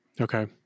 Okay